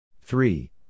Three